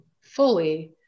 fully